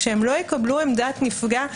כשהם לא יקבלו עמדת נפגע,